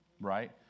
right